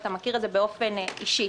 ואתה מכיר את זה באופן אישי.